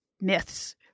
myths